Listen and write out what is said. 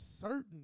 certain